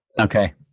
Okay